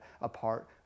apart